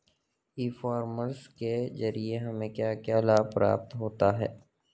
ई commerce के ज़रिए हमें क्या क्या लाभ प्राप्त होता है?